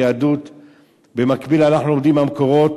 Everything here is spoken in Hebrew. במקביל אנחנו לומדים מהמקורות